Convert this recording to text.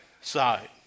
side